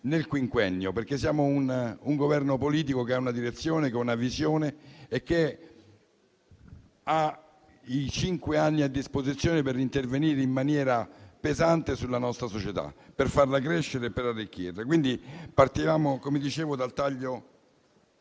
nel quinquennio. Siamo un Governo politico che ha una direzione, che ha una visione e che ha cinque anni a disposizione per intervenire in maniera pesante sulla nostra società, per farla crescere e per arricchirla. Partivamo - come dicevo - dal taglio